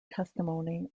testimony